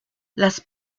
las